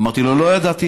אמרתי לו: לא ידעתי.